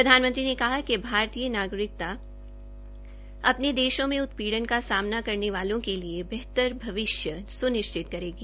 प्रधानमंत्री ने कहा कि भारतीय नागरिकता अ ने में उत्पीड़न का सामना करने वाले के लिए बेहतर भविष्य सुनिश्चित करेगी